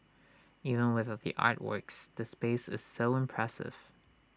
even without the artworks the space is so impressive